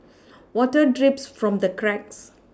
water drips from the cracks